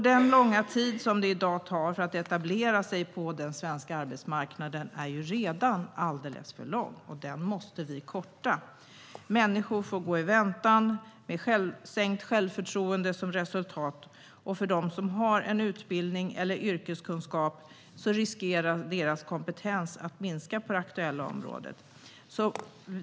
Den tid det i dag tar för att etablera sig på den svenska arbetsmarknaden är redan alldeles för lång. Den måste vi korta. Människor får gå i väntan med sänkt självförtroende som resultat. De som har en utbildning eller yrkeskunskaper löper risken att deras kompetens på det aktuella området minskar.